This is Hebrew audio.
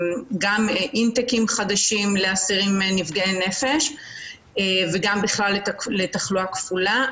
גם לגבי אסירים נפגעי נפש וגם בכלל בתחלואה כפולה.